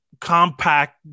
compact